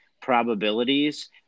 probabilities